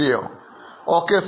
Curio Okay